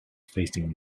facing